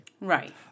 Right